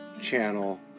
channel